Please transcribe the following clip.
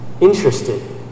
interested